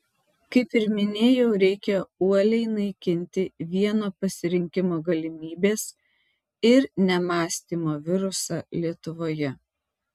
kaip ir minėjau reikia uoliai naikinti vieno pasirinkimo galimybės ir nemąstymo virusą lietuvoje